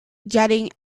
jetting